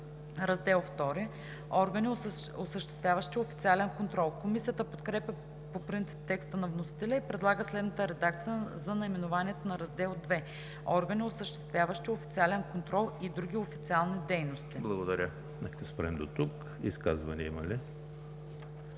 „Раздел II – Органи, осъществяващи официален контрол“. Комисията подкрепя по принцип текста на вносителя и предлага следната редакция за наименованието на Раздел II: „Органи, осъществяващи официален контрол и други официални дейности“. ПРЕДСЕДАТЕЛ ЕМИЛ ХРИСТОВ: Изказвания има ли?